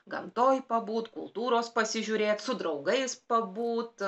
gamtoj pabūt kultūros pasižiūrėt su draugais pabūt